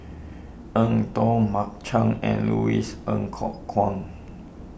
Eng Tow Mark Chan and Louis Ng Kok Kwang